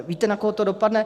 Víte, na koho to dopadne?